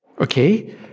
Okay